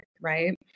right